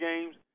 games